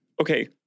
Okay